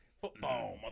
football